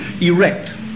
erect